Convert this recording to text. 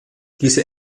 diese